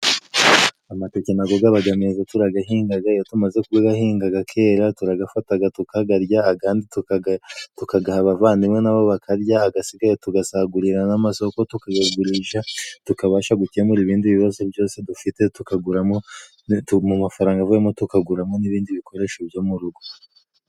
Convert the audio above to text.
Amateke nago gabaga meza turagahingaga, iyo tumaze kugahinga gakera, turagafataga tukagarya agandi tukagaha abavandimwe nabo bakagarya, agasigaye tugasagurira n'amasoko tukayagurisha tukabasha gukemura ibindi bibazo byose dufite, tukaguramo mu mafaranga avuyemo tukaguramo n'ibindi bikoresho byo mu rugo.